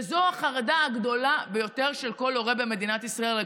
וזו החרדה הגדולה ביותר של כל הורה במדינת ישראל.